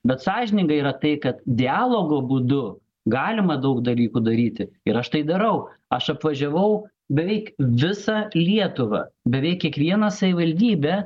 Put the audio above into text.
bet sąžininga yra tai kad dialogo būdu galima daug dalykų daryti ir aš tai darau aš apvažiavau beveik visą lietuvą beveik kiekvieną savivaldybę